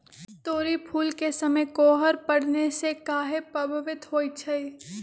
तोरी फुल के समय कोहर पड़ने से काहे पभवित होई छई?